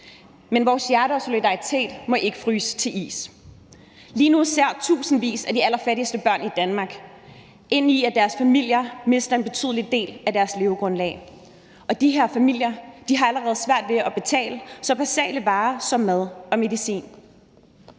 men vores hjerter og solidaritet må ikke fryse til is. Lige nu ser tusindvis af de allerfattigste børn i Danmark ind i, at deres familier mister en betydelig del af deres levegrundlag, og de her familier har allerede svært ved at betale for så basale varer som mad og medicin.